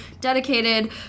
dedicated